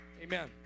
Amen